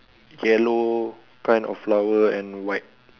yellow kind of flower and white